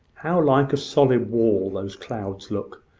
how like a solid wall those clouds look,